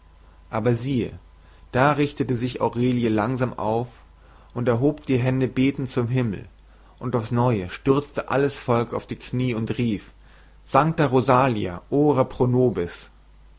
aber siehe da richtete sich aurelie langsam auf und erhob die hände betend zum himmel und aufs neue stürzte alles volk auf die knie nieder und rief sancta rosalia ora